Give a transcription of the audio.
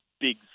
big